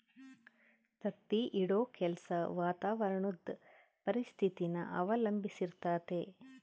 ತತ್ತಿ ಇಡೋ ಕೆಲ್ಸ ವಾತಾವರಣುದ್ ಪರಿಸ್ಥಿತಿನ ಅವಲಂಬಿಸಿರ್ತತೆ